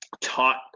taught